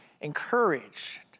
encouraged